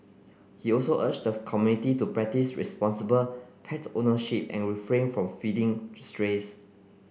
he also urged the community to practise responsible pet ownership and refrain from feeding strays